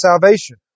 salvation